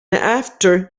after